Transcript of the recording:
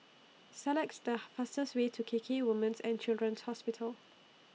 selects The fastest Way to K K Women's and Children's Hospital